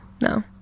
no